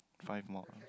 five more